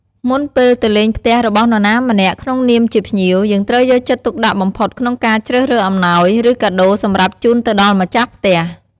មុនពេលទៅលេងផ្ទះរបស់នរណាម្នាក់ក្នុងនាមជាភ្ញៀវ យើងត្រូវយកចិត្តទុកដាក់បំផុតក្នុងការជ្រើសរើសអំណោយ ឬកាដូរសម្រាប់ជូនទៅដល់ម្ចាស់ផ្ទះ។